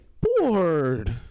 bored